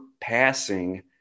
passing